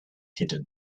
hidden